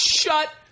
Shut